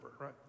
right